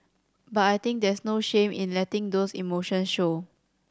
but I think there's no shame in letting those emotion show